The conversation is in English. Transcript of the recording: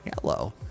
Hello